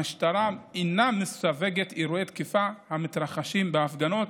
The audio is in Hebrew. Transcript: המשטרה אינה מסווגת אירועי תקיפה המתרחשים בהפגנות.